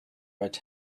red